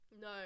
No